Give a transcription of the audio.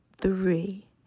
three